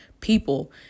people